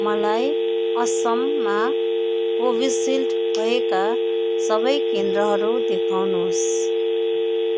मलाई असममा कोभिसिल्ड भएका सबै केन्द्रहरू देखाउनुहोस्